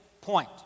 point